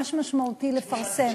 ממש משמעותי לפרסם.